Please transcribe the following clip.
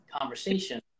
conversation